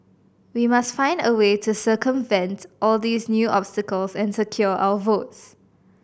we must find a way to circumvent all these new obstacles and secure our votes